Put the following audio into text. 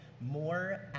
More